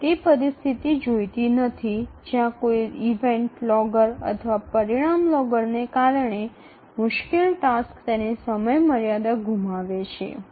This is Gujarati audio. આપણે તે પરિસ્થિતિ જોઈતી નથી જ્યાં કોઈ ઇવેન્ટ લોગર અથવા પરિણામ લોગરને કારણે મુશ્કેલ ટાસ્ક તેની સમયમર્યાદા ગુમાવે છે